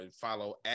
Follow